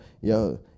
yo